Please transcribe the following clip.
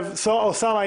אוסאמה,